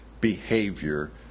behavior